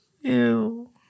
Ew